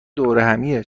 دورهمیه